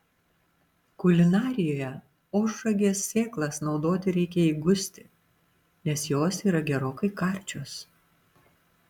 kulinarijoje ožragės sėklas naudoti reikia įgusti nes jos yra gerokai karčios